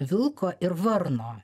vilko ir varno